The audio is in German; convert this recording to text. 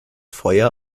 feuer